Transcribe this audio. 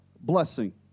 blessing